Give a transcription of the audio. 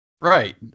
Right